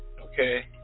Okay